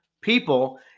people